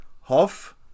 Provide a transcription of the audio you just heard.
Hoff